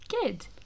Good